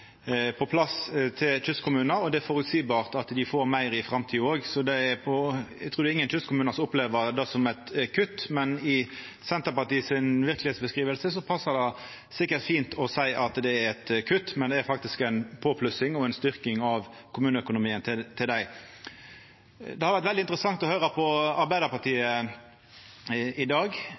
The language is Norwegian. på plass til kystkommunane, og det er føreseieleg at dei får meir òg i framtida. Eg trur ingen kystkommunar opplever det som eit kutt, men i Senterpartiet si beskriving av verkelegheita passar det sikkert fint å seia at det er eit kutt. Men det er faktisk ei påplussing og ei styrking av kommuneøkonomien til kystkommunane. Det har vore veldig interessant å høyra på Arbeidarpartiet i dag.